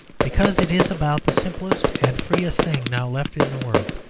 because it is about the simplest and freest thing now left in the world.